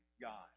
God